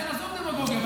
לכן, עזוב דמגוגיה.